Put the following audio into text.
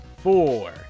Four